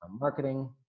marketing